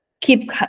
keep